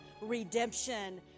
redemption